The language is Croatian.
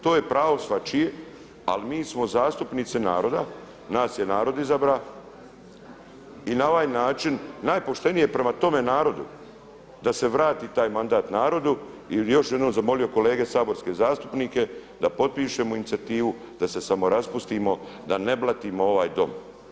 To je pravo svačije, ali mi smo zastupnici naroda, nas je narod izabrao i na ovaj način najpoštenije je prema tome narodu da se vrati taj mandat narodu i još bih jednom zamolio kolete saborske zastupnike da potpišemo inicijativu da se samo raspustimo, da ne blatimo ovaj Dom.